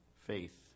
faith